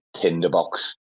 tinderbox